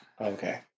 Okay